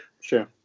Sure